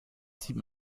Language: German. zieht